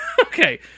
Okay